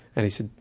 and he said,